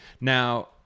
Now